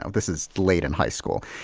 this is late in high school.